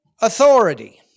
authority